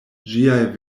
ĝiaj